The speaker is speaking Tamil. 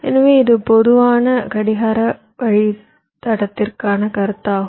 எனவே இது பொதுவான கடிகார வழித்தடத்திற்கான கருத்தாகும்